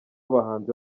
abahanzi